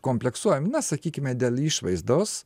kompleksuojam na sakykime dėl išvaizdos